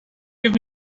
give